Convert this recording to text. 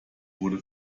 wurde